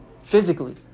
physically